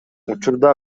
учурда